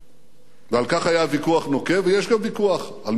ועל כך היה ויכוח נוקב, ויש כאן ויכוח על ממדיו,